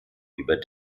über